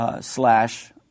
slash